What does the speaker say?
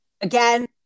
Again